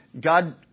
God